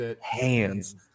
hands